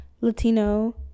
latino